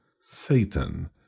Satan